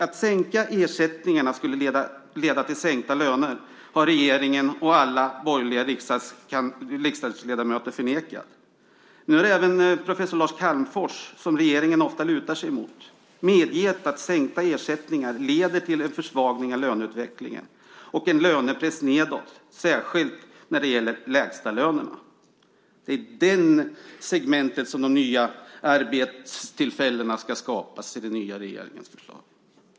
Att sänkta ersättningar skulle leda till sänkta löner har regeringen och alla borgerliga riksdagsledamöter förnekat. Men nu har även professor Lars Calmfors, som regeringen ofta lutar sig mot, medgett att sänkta ersättningar leder till en försvagning av löneutvecklingen och en lönepress nedåt särskilt när det gäller lägstalönerna. Det är i det segmentet som de nya arbetstillfällena ska skapas enligt den nya regeringens förslag.